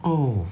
oh